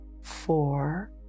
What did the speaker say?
four